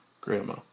Grandma